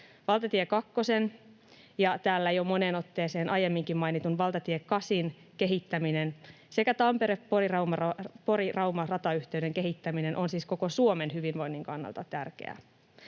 Valtatie kakkosen ja täällä jo moneen otteeseen aiemminkin mainitun valtatie kasin kehittäminen sekä Tampere—Pori—Rauma-ratayhteyden kehittäminen on siis koko Suomen hyvinvoinnin kannalta tärkeää.